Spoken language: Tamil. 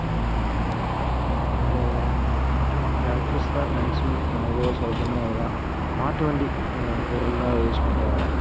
வேறு டிராக்டர்ஸ் தான் மேக்சிமம் அவ்வளோவா சொல்லப்போனால் அவ்வளோ தான் மாட்டுவண்டி பொருளெலாம் யூஸ் பண்ணுறாங்கள்